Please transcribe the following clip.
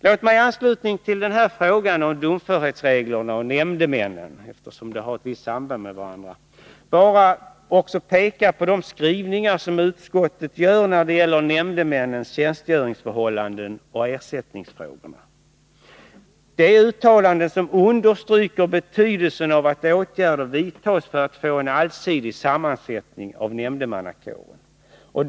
Låt mig i anslutning till frågan om domförhetsreglerna och frågan om nämndemännen, eftersom de har ett visst samband med varandra, peka på utskottets skrivningar när det gäller nämndemännens tjänstgöringsförhållanden och ersättningsfrågan. Det är uttalanden som understryker betydelsen av att åtgärder vidtas för att få en allsidig sammansättning av nämndemannakåren.